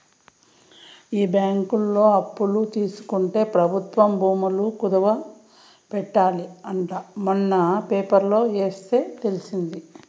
ఈ బ్యాంకులో అప్పు తీసుకుంటే ప్రభుత్వ భూములు కుదవ పెట్టాలి అంట మొన్న పేపర్లో ఎస్తే తెలిసింది